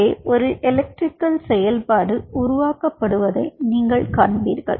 இங்கே ஒரு எலக்ட்ரிகல் செயல்பாடு உருவாக்கப்படுவதை நீங்கள் காண்பீர்கள்